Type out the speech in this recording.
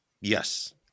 yes